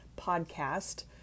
podcast